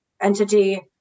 entity